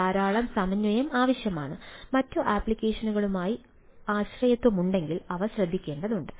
ധാരാളം സമന്വയം ആവശ്യമാണ് മറ്റ് ആപ്ലിക്കേഷനുകളുമായി ആശ്രയത്വമുണ്ടെങ്കിൽ അവ ശ്രദ്ധിക്കേണ്ടതുണ്ട്